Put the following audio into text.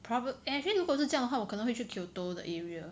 problem and actually 如果是这样的话我可能会去 Kyoto the area